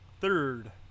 Third